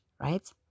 right